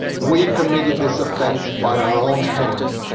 we committed this offence by our own hand,